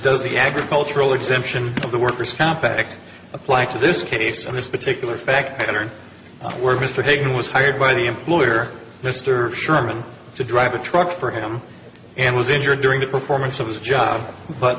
does the agricultural exemption of the workers compact apply to this case and this particular fact or were mr hagen was hired by the employer mr sherman to drive a truck for him and was injured during the performance of his job but